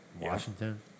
Washington